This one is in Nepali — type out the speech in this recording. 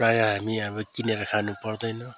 प्रायः हामी अब किनेर खानु पर्दैन